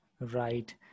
Right